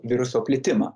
viruso plitimą